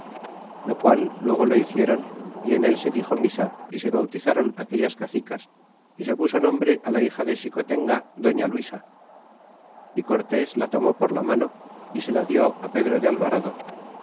lo cual luego lo hicieron y en él se dixo misa y se bautizáron aquellas cacicas y se puso nombre la bija de xicotenga dolía luisa y cortés la tomó por la mano y se la dió á pedro de alvarado